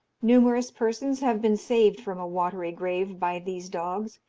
numerous persons have been saved from a watery grave by these dogs,